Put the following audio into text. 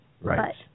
Right